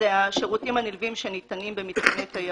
זה השירותים הנלווים שניתנים במתקני תיירות.